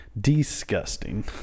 Disgusting